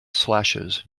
slashes